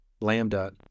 lambda